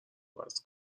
عوض